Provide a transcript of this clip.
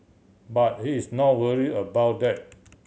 but he's not worry about that